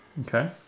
Okay